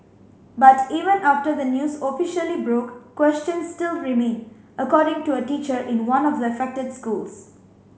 but even after the news officially broke questions still remain according to a teacher in one of the affected schools